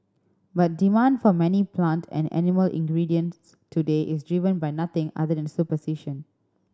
but demand for many plant and animal ingredients today is driven by nothing other than superstition